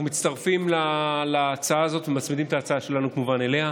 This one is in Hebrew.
אנחנו מצטרפים להצעה הזאת ומצמידים את ההצעה שלנו אליה,